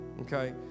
Okay